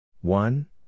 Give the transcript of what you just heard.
one